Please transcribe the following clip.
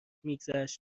میگذشت